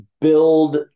build